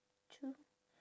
true